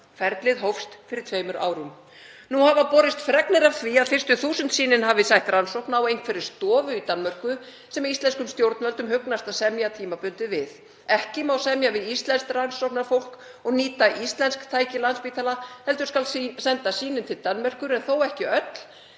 Ferlið hófst fyrir tveimur árum. Nú hafa borist fregnir af því að fyrstu 1.000 sýnin hafi sætt rannsókn á einhverri stofu í Danmörku sem íslenskum stjórnvöldum hugnast að semja tímabundið við. Ekki má semja við íslenskt rannsóknarfólk og nýta íslensk tæki Landspítala heldur skal senda sýnin til Danmerkur en þó ekki öll